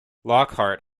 lockhart